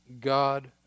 God